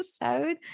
episode